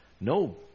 No